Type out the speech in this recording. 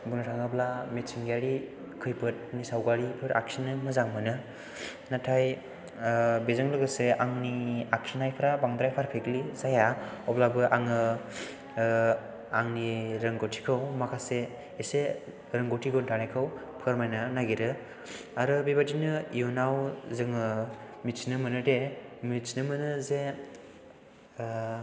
बुंनो थाङोब्ला मिथिंगायारि खैफोदनि सावगारिफोर आखिनो मोजां मोनो नाथाय बेजों लोगोसे आंनि आखिनायफोरा बांद्राय पारफेक्तलि जाया अब्लाबो आङो आंनि रोंगौथिखौ माखासे एसे रोंगौथिफोर थानायखौ फोरमायनो नागिरो आरो बेबायदिनो इयुनाव जोङो मिथिनो मोनो जे